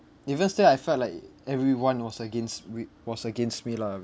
even still I felt like everyone was against we was against me lah